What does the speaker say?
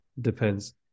Depends